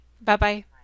Bye-bye